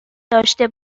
داشته